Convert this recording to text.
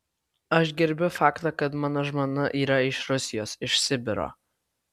aš gerbiu faktą kad mano žmona yra iš rusijos iš sibiro